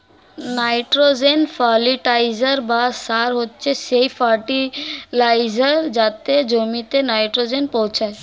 nitrogen fertilizer বা সার হচ্ছে সেই ফার্টিলাইজার যাতে জমিতে নাইট্রোজেন পৌঁছায়